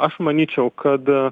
aš manyčiau kad